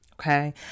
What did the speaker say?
Okay